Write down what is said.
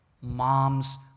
mom's